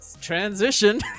Transition